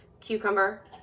cucumber